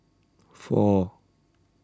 four